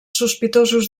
sospitosos